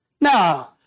Now